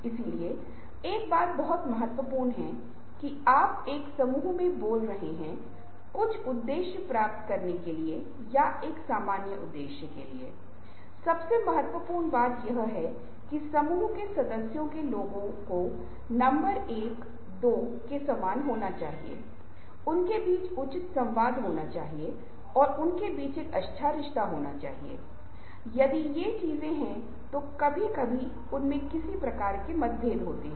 इसलिए हम शब्द प्रबंधन का उपयोग करते हैं लेकिन ने सुझाव दिया कि समय प्रबंधन में आवश्यकताओं को निर्धारित करने की प्रक्रिया शामिल है इन आवश्यकताओं को प्राप्त करने के लिए लक्ष्य निर्धारित करना इन लक्ष्यों को प्राप्त करने के लिए आवश्यक कार्यों को प्राथमिकता देना और योजना बनाना और यह कई विद्वानों द्वारा स्वीकार की गई समय प्रबंधन की परिभाषा है